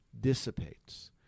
dissipates